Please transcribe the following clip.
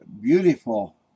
beautiful